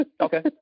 Okay